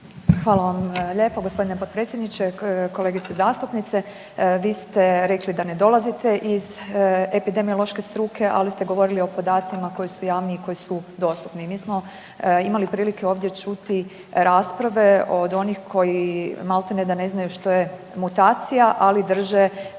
Hvala vam lijepo gospodine potpredsjedniče. Kolegice zastupnice vi ste rekli da ne dolazite iz epidemiološke struke, ali ste govorili o podacima koji su javni i koji su dostupni. Mi smo imali prilike ovdje čuti rasprave od onih koji maltene znaju što je mutacija, ali drže